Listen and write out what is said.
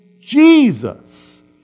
Jesus